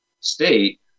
state